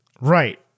Right